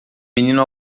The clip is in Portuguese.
menino